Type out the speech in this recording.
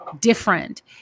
different